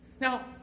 Now